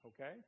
okay